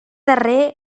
darrer